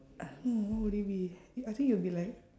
uh hmm what would it be I think it would be like